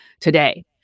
today